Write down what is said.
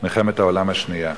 מלחמת העולם השנייה.